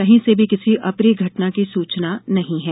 कहीं से भी किसी अप्रिय घटना की सूचना नहीं है